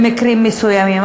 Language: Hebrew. במקרים מסוימים.